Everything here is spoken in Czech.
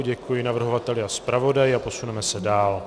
Děkuji navrhovateli a zpravodaji a posuneme se dál.